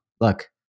look